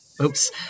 Oops